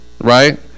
right